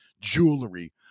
jewelry